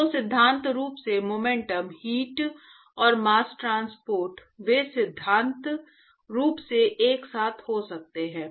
तो सिद्धांत रूप में मोमेंटम हीट और मास्स ट्रांसपोर्ट वे सिद्धांत रूप में एक साथ हो सकते हैं